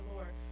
Lord